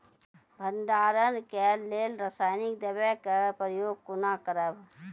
भंडारणक लेल रासायनिक दवेक प्रयोग कुना करव?